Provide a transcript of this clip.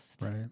Right